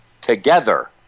together